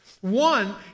One